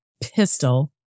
pistol